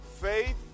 Faith